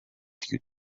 due